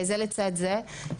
זה לצד זה.